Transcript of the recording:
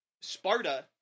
sparta